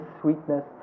sweetness